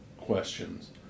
questions